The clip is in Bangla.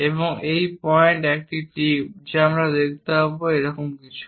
এবং এই পয়েন্ট একটি টিপ যা আমরা দেখতে পাব এটি এরকম কিছু